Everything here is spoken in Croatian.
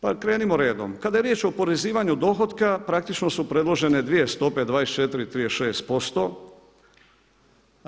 Pa krenimo redom, kada je riječ o oporezivanju dohotka praktično su predložene dvije stope 24 i 36%